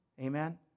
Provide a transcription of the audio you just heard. amen